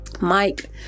Mike